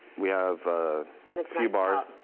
we have a few bars.